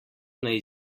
naj